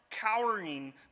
cowering